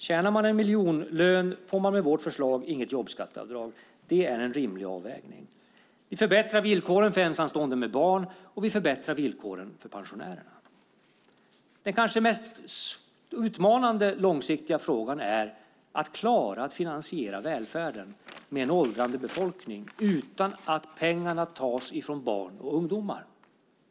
Tjänar man en miljonlön får man med vårt förslag inget jobbskatteavdrag. Det är en rimlig avvägning. Vi förbättrar villkoren för ensamstående med barn, och vi förbättrar villkoren för pensionärer. Den kanske mest utmanande långsiktiga frågan är att klara att finansiera välfärden med en åldrande befolkning utan att pengarna tas ifrån barn och ungdomar.